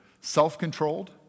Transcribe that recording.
Self-controlled